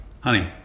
Honey